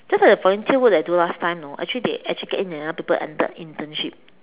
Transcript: just like the volunteer work that I do last time know actually actually they get in another people enter the internship